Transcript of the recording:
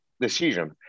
Decision